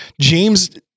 James